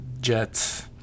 Jets